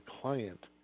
client